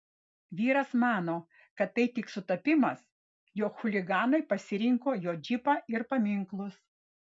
vyras mano kad tai tik sutapimas jog chuliganai pasirinko jo džipą ir paminklus